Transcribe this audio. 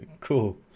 Cool